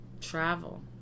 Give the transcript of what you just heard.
travel